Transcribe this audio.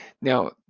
Now